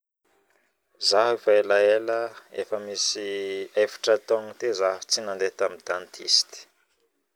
Zaho efa elaela efa misy 4 taogno teo zaho tsy nadeha tamin'ny dentiste